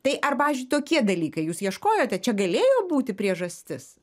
tai ar pavyzdžiui tokie dalykai jūs ieškojote čia galėjo būti priežastis